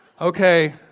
Okay